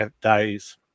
days